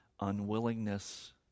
unwillingness